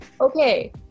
Okay